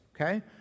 okay